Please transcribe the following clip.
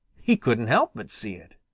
he couldn't help but see it.